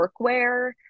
workwear